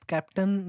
Captain